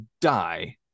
die